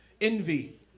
Envy